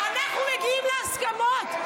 אנחנו מגיעים להסכמות.